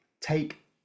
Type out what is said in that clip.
take